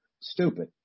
stupid